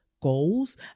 goals